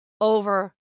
over